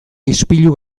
ispilu